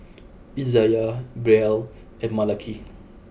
Izaiah Brielle and Malaki